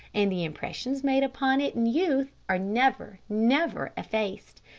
and the impressions made upon it in youth are never, never effaced.